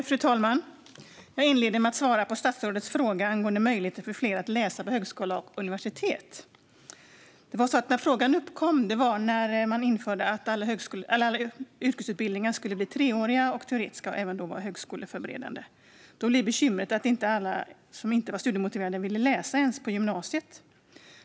Fru talman! Jag inleder med att svara på statsrådets fråga angående möjligheter för fler att läsa på högskola och universitet. Frågan uppkom när man införde att alla yrkesutbildningar skulle bli treåriga och teoretiska och även vara högskoleförberedande. Då blev bekymret att inte alla som inte var studiemotiverade ville läsa på gymnasiet.